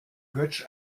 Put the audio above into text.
götsch